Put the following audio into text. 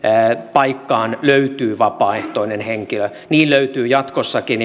paikkaan löytyy vapaaehtoinen henkilö niin löytyy jatkossakin